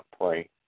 pray